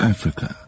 Africa